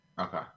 Okay